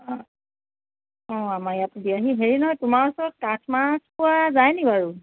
অ অ আমাৰ ইয়াত দিয়াহি হেৰি নহয় তোমাৰ ওচৰত কাঠ মাছ পোৱা যায়নি বাৰু